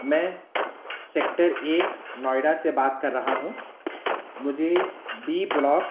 میں sector A Noida سے بات کر رہا ہوں مجھے بی بلاک